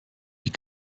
die